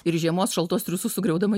ir žiemos šaltos triūsus sugriaudama